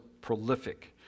prolific